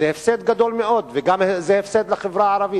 זה הפסד גדול מאוד, וזה גם הפסד לחברה הערבית.